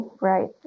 Right